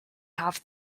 have